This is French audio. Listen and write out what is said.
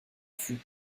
fut